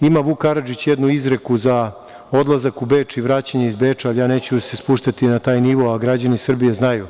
ima Vuk Karadžić jednu izreku za odlazak u Beč i vraćanje iz Beča, ali ja neću se spuštati na taj nivo, a građani Srbije znaju.